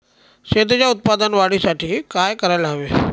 शेतीच्या उत्पादन वाढीसाठी काय करायला हवे?